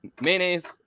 mayonnaise